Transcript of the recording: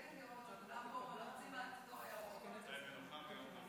חוק הביטוח הלאומי (תיקון 229)